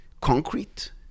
concrete